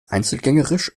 einzelgängerisch